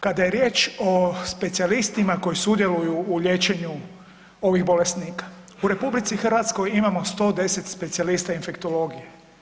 Kada je riječ o specijalistima koji sudjeluju u liječenju ovih bolesnika u RH imamo 110 specijalista infektologije.